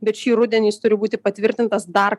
bet šį rudenį jis turi būti patvirtintas dar